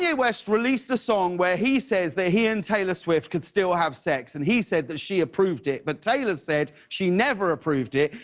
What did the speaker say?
west released a song where he says that he and taylor swift could still have sex. and he said that she approved it. but taylor said she never approved it.